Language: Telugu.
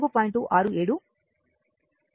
67 3